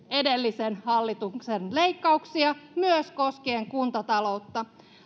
edellisen hallituksen leikkauksia myös koskien kuntataloutta